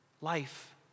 life